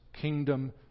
kingdom